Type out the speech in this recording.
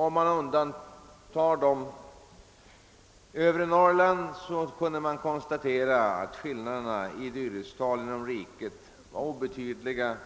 Om man undantar övre Norrland kunde man konstatera att skillnaderna i dyrhetstal inom riket var obetydliga